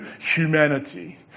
humanity